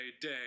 day